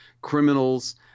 criminals